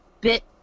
bit